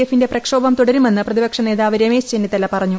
എഫിന്റെ പ്രക്ഷോഭം തുടരുമെന്ന് പ്രതിപക്ഷ നേതാവ് രമേശ് ചെന്നിത്തല പറഞ്ഞു